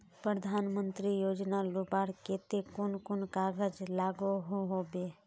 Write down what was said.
प्रधानमंत्री योजना लुबार केते कुन कुन कागज लागोहो होबे?